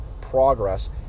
progress